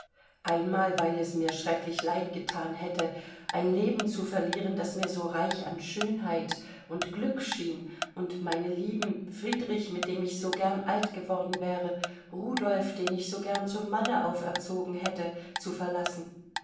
einmal weil es mir schrecklich leid gethan hätte ein leben zu verlieren das mir so reich an schönheit und glück schien und meine lieben friedrich mit dem ich so gern alt geworden wäre rudolf den ich so gern zum manne auferzogen hätte zu verlassen